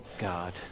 God